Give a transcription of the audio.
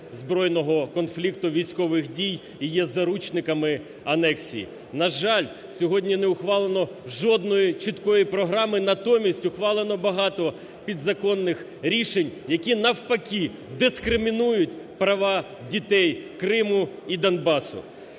збройного конфлікту військових дій і є заручниками анексії. На жаль, сьогодні не ухвалено жодної чіткої програми, натомість ухвалено багато підзаконних рішень, які навпаки дискримінують права дітей Криму і Донбасу.